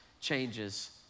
changes